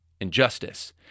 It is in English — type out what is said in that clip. injustice